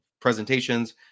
presentations